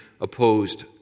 opposed